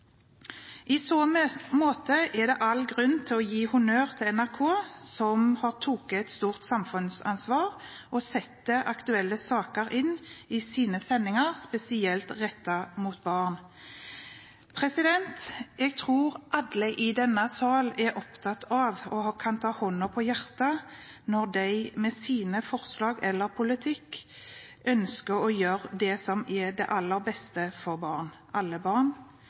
I så måte er det all grunn til å gi honnør til NRK, som har tatt et stort samfunnsansvar og setter aktuelle saker inn i sine sendinger spesielt rettet mot barn. Jeg tror alle i denne sal er opptatt av og med hånden på hjertet kan si at de med sine forslag eller sin politikk ønsker å gjøre det som er det aller beste for alle barn.